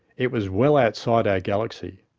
it was well outside our galaxy.